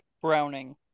Browning